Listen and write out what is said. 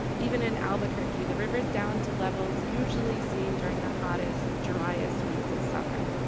even in albuquerque, the river's down to levels usually seen during the hottest, driest weeks of summer.